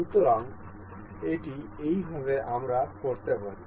সুতরাং এটি এইভাবে আমরা করতে পারি